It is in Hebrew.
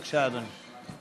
בבקשה, אדוני.